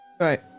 right